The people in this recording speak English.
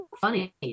funny